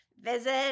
visit